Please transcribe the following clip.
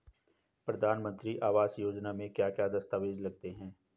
प्रधानमंत्री आवास योजना में क्या क्या दस्तावेज लगते हैं?